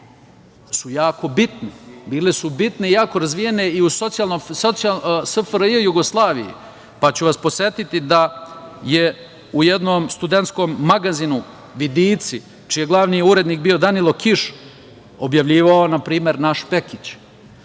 su jako bitne. Bile su bitne i jako razvijene i u SFRJ, pa ću vas podsetiti da je u jednom studentskom magazinu „Vidici“, čiji je glavni urednik bio Danilo Kiš, objavljivao, na primer, naš Pekić,